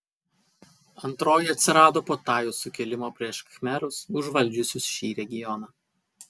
antroji atsirado po tajų sukilimo prieš khmerus užvaldžiusius šį regioną